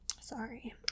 Sorry